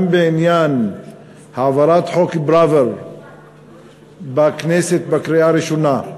גם בעניין העברת חוק פראוור בכנסת בקריאה הראשונה,